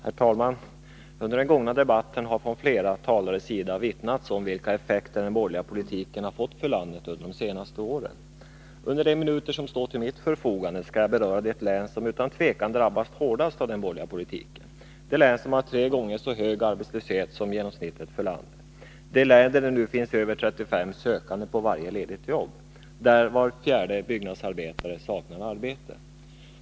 Herr talman! Under den gångna debatten har flera talare vittnat om vilka effekter den borgerliga politiken har fått för landet under de senaste åren. Under de minuter som står till mitt förfogande skall jag beröra det län som utan tvivel drabbats hårdast av den borgerliga politiken. Det är det län som har tre gånger så hög arbetslöshet som genomsnittet för landet, där det nu finns över 35 sökande på varje ledigt jobb och där var fjärde byggnadsarbetare saknar arbete.